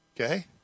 Okay